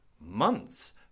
months